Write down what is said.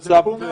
צו.